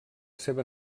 seva